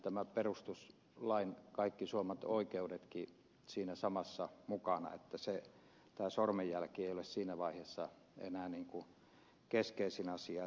siinä taitaisivat mennä kaikki perustuslain suomat oikeudetkin samassa mukana tämä sormenjälki ei ole siinä vaiheessa enää keskeisin asia